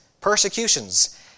persecutions